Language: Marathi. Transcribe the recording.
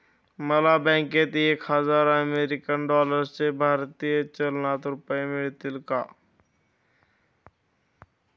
मला बँकेत एक हजार अमेरीकन डॉलर्सचे भारतीय चलनात रुपये मिळतील का?